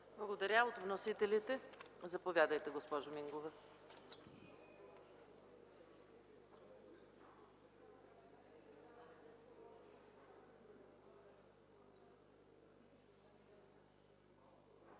Благодаря. От вносителите – заповядайте, госпожо Мингова.